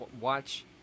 watch